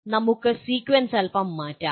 നമുക്ക് സീക്വൻസ് അല്പം മാറ്റാം